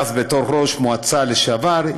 ואז בתור ראש מועצה לשעבר,